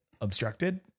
obstructed